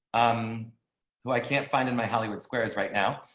i'm who i can't find in my hollywood squares right now.